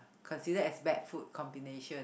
consider as bare food combination